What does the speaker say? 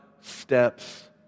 steps